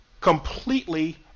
Completely